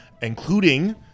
including